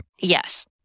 Yes